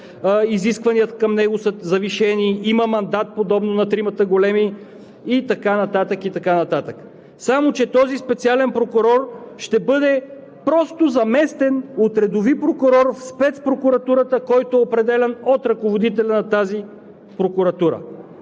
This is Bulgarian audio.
изискванията към него са завишени, има мандат подобно на тримата големи и така нататък, и така нататък. Само че този специален прокурор ще бъде просто заместен от редови прокурор в спецпрокуратурата, който е определян от ръководителя на тази прокуратура.